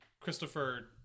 Christopher